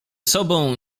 sobą